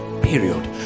period